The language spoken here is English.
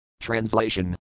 Translation